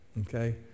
okay